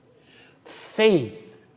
Faith